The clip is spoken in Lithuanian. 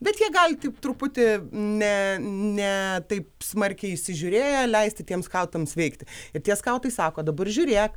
bet jie gali taip truputį ne ne taip smarkiai įsižiūrėję leisti tiems skautams veikti ir skautai sako dabar žiūrėk